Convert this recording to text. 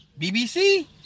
BBC